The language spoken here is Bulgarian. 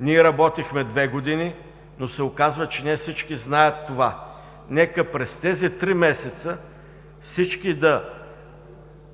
Работихме две години, но се оказва, че не всички знаят това. Нека през тези три месеца всички